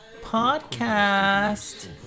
podcast